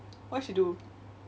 what she do